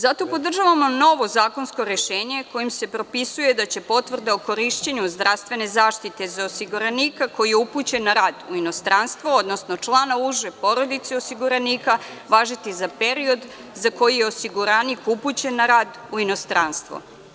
Zato podržavam novo zakonsko rešenje kojim se propisuje da će potvrda o korišćenju zdravstvene zaštite za osiguranika koji je upućen na rad u inostranstvo, odnosno člana uže porodice osiguranika, važiti za period, za koji je osiguranik upućen na rad u inostranstvo.